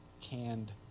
canned